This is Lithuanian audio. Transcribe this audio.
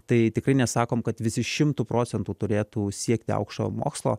tai tikrai nesakom kad visi šimtu procentų turėtų siekti aukštojo mokslo